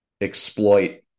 exploit